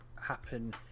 happen